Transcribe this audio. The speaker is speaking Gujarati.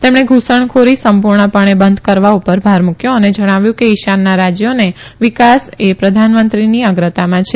તેમણે ધુસણખોરી સંપુર્ણપણે બંધ કરવા પર ભાર મુકથો અને જણાવ્યું કે ઈશાનના રાજયોનો વિકાસ એ પ્રધાનમંત્રીની અગ્રતામાં છે